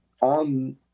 On